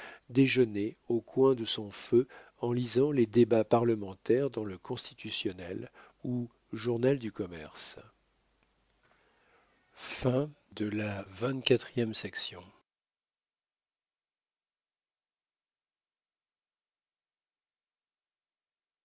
déjeunait au coin de son feu en lisant les débats parlementaires dans le constitutionnel ou journal du commerce